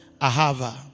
Ahava